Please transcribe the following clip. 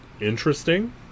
interesting